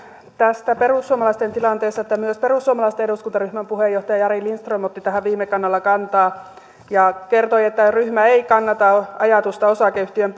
tästä perussuomalaisten tilanteesta että myös perussuomalaisten eduskuntaryhmän puheenjohtaja jari lindström otti tähän viime kaudella kantaa ja kertoi että ryhmä ei kannata ajatusta osakeyhtiön